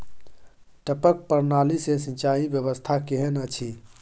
टपक प्रणाली से सिंचाई व्यवस्था केहन अछि?